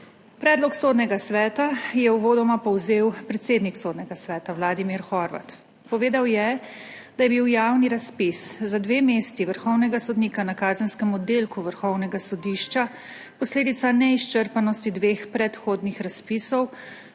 Predlog Sodnega sveta je uvodoma povzel predsednik Sodnega sveta Vladimir Horvat. Povedal je, da je bil javni razpis za dve mesti vrhovnega sodnika na kazenskem oddelku Vrhovnega sodišča posledica neizčrpanosti dveh predhodnih razpisov,